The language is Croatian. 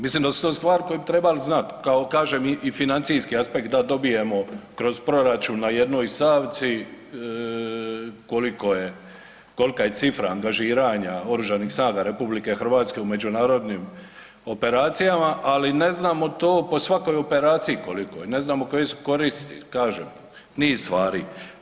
Mislim da su to stvari koje bi trebali znat, kao kažem i financijski aspekt da dobijemo kroz proračun na jednoj stavci koliko je, kolika je cifra angažiranja oružanih snaga RH u međunarodnim operacijama, ali ne znamo to po svakoj operaciji koliko je, ne znamo koje su koristi, kažem niz stvari.